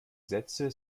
sätze